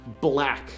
black